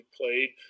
played